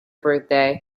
birthday